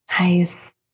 Nice